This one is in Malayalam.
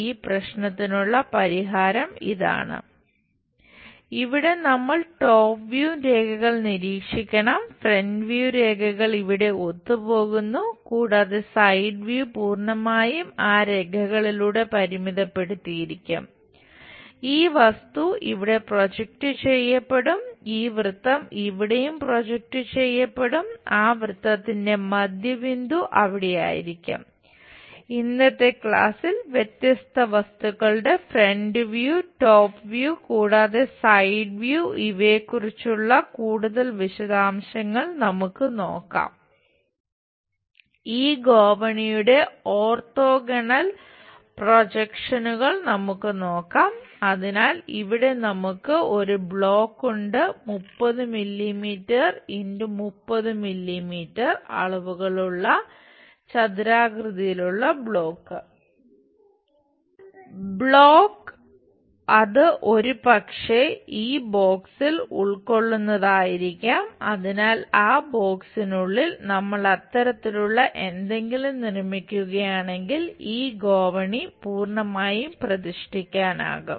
ഈ പ്രശ്നത്തിനുള്ള പരിഹാരം ഇതാണ് ഇവിടെ നമ്മൾ ടോപ് വ്യൂ ഇവയെക്കുറിച്ചുള്ള കൂടുതൽ വിശദാംശങ്ങൾ നമുക്ക് നോക്കാം ഈ ഗോവണിയുടെ ഓർത്തോഗണൽ പ്രൊജക്ഷനുകൾ നമ്മൾ അത്തരത്തിലുള്ള എന്തെങ്കിലും നിർമ്മിക്കുകയാണെങ്കിൽ ഈ ഗോവണി പൂർണ്ണമായും പ്രതിഷ്ഠിക്കാനാകും